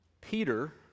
Peter